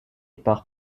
par